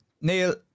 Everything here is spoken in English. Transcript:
Neil